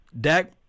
Dak –